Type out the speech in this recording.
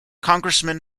congressman